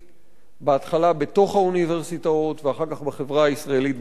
בהתחלה בתוך האוניברסיטאות ואחר כך בחברה הישראלית בכללותה.